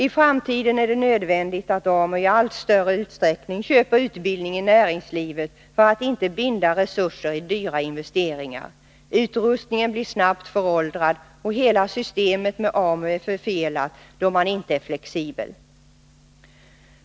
I framtiden är det nödvändigt att AMU i allt större utsträckning köper utbildning i näringslivet för att inte binda resurser i dyra investeringar. Utrustningen blir snabbt föråldrad, och hela systemet med AMU är förfelat då man inte är flexibel.